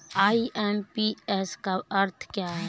IMPS का क्या अर्थ है?